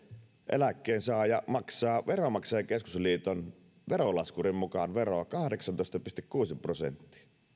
eläkkeensaaja maksaa veronmaksajain keskusliiton verolaskurin mukaan veroa kahdeksantoista pilkku kuusi prosenttia